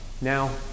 Now